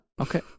Okay